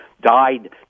died